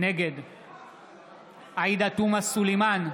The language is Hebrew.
נגד עאידה תומא סלימאן,